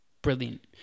Brilliant